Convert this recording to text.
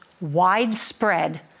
widespread